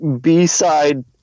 b-side